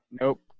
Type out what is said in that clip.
nope